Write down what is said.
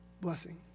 blessing